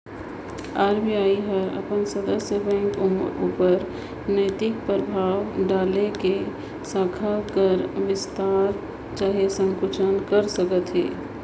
RBI हर अपन सदस्य बेंक मन उपर नैतिक परभाव डाएल के साखा कर बिस्तार चहे संकुचन कइर सकत अहे